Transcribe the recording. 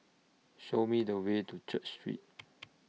Show Me The Way to Church Street